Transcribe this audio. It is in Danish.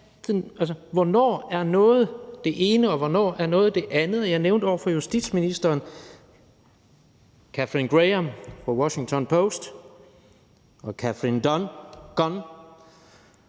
Hvornår er noget det ene, og hvornår er noget det andet? Jeg nævnte over for justitsministeren Katharine Graham fra The Washington Post og Katharine Gun,